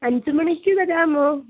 അഞ്ച് മണിക്ക് തരാമോ